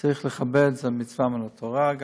צריך לכבד, זו מצווה מן התורה.